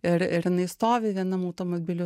ir ir jinai stovi vienam automobilių